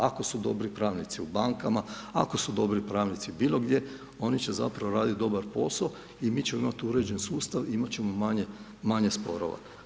Ako su dobri pravnici u bankama, ako su dobri pravnici bilo gdje oni će zapravo raditi dobar posao i mi ćemo imati uređen sustav, imati ćemo manje sporova.